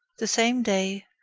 the same day,